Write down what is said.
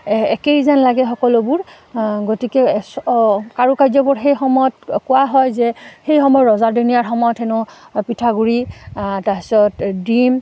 একেই যেন লাগে সকলোবোৰ গতিকে অ কাৰুকাৰ্যবোৰ সেই সময়ত কোৱা হয় যে সেই সময়ত ৰজা দিনীয়াৰ সময়ত হেনো পিঠাগুড়ি তাৰছত ডিম